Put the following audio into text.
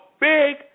big